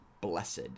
Blessed